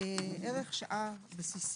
"ערך שעת עבודה בסיסי"